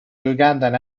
ugandan